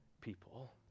people